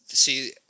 See